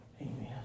Amen